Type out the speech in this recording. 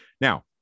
Now